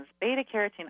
beta-carotene